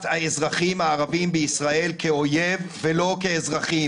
האזרחים הערבים בישראל כאויב ולא כאזרחים.